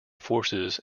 forces